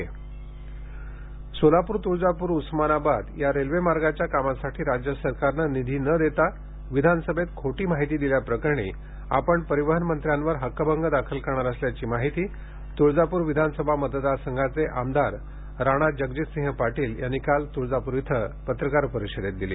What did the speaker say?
राणा जगजीत सिंह सोलापूर तूळजापूर उस्मानाबाद या रेल्वे मार्गाच्या कामासाठी राज्य सरकारनं निधी न देता विधानसभेत खोटी माहिती दिल्याप्रकरणी आपण परिवहन मंत्र्यांवर हक्कभंग दाखल करणार असल्याची माहिती तुळजापूर विधानसभा मतदारसंघाचे आमदार राणा जगजितसिंह पाटील यांनी काल तुळजापूर इथं पत्रकार परिषदेत दिली